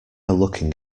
looking